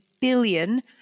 billion